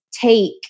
take